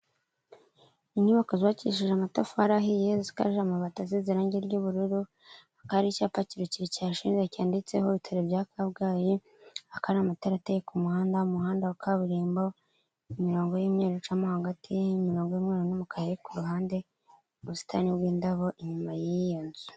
Inyubako zubabakishije amatafari ahiye zikaje amabati azizerangi ry'ubururu, hari icyapa kirekire cya shele cyanditseho ibitaro bya kabgayi akaramatara ateye ku umuhanda wa kaburimbo, imirongo y'imyeru icamo hagati, imirongo y'imyeru n'umukara kuruhande ubusitani bw'indabo inyuma y'iyo nzu.